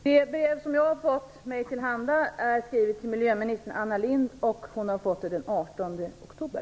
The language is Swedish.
Herr talman! Det brev som jag har fått mig till handa är skrivet till miljöminister Anna Lindh, och hon har fått det den 18 oktober.